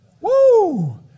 Woo